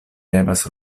devas